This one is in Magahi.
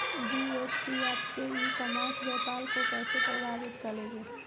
जी.एस.टी आपके ई कॉमर्स व्यापार को कैसे प्रभावित करेगी?